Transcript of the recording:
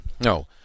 No